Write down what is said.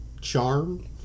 Charm